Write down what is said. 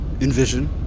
envision